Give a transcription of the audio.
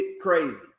crazy